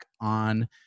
on